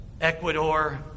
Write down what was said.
Ecuador